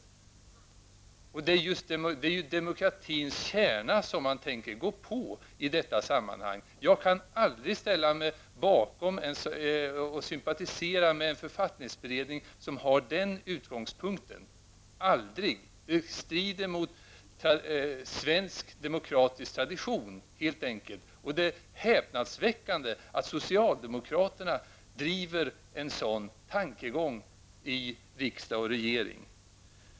Det är ju demokratins kärna man tänker angripa i detta sammanhang. Jag kan aldrig ställa mig bakom och sympatisera med en författningsberedning som har den utgångspunkten -- aldrig. Det strider mot svensk demokratisk tradition. Det är häpnadsväckande att socialdemokraterna driver en sådan tankegång i riksdag och regering.